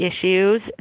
issues